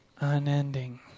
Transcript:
Unending